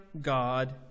God